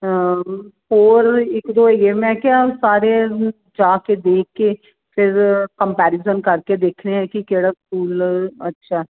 ਹੋਰ ਇਕ ਦੋ ਹੈਗੇ ਮੈਂ ਕਿਹਾ ਸਾਰੇ ਜਾ ਕੇ ਦੇਖ ਕੇ ਫਿਰ ਕੰਪੈਰੀਜਨ ਕਰਕੇ ਦੇਖਦੇ ਹੈ ਕਿ ਕਿਹੜਾ ਸਕੂਲ ਅੱਛਾ